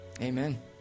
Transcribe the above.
Amen